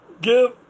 give